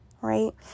Right